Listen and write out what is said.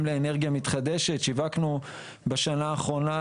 גם לאנרגיה מתחדשת, שיווקנו בשנה האחרונה